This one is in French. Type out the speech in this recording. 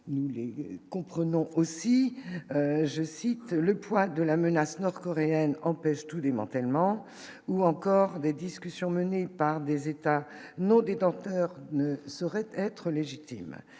nous comprenons aussi, je cite, le poids de la menace nord-coréenne empêche tout démantèlement ou encore des discussions menées par des États nos détenteurs ne saurait être légitime